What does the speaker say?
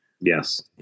Yes